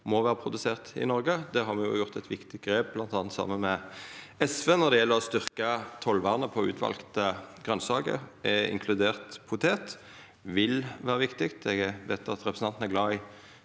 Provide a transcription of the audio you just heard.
må vera produsert i Noreg. Der har me gjort eit viktig grep, bl.a. saman med SV, når det gjeld å styrkja tollvernet på utvalde grønsaker, inkludert potet. Det vil vera viktig. Eg veit at representanten er glad i